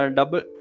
double